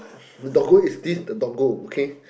the doggo is this the doggo okay